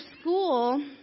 school